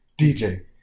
DJ